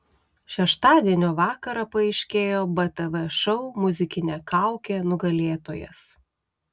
šeštadienio vakarą paaiškėjo btv šou muzikinė kaukė nugalėtojas